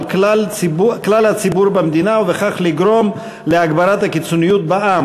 כלל הציבור במדינה ובכך לגרום להגברת הקיצוניות בעם,